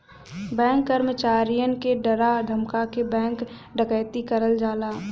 bank कर्मचारियन के डरा धमका के बैंक डकैती करल जाला